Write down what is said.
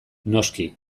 noski